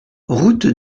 route